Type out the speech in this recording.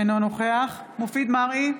אינו נוכח מופיד מרעי,